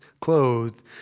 clothed